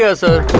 yeah sir.